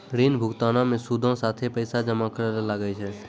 ऋण भुगतानो मे सूदो साथे पैसो जमा करै ल लागै छै